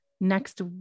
next